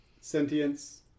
sentience